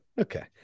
Okay